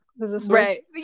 right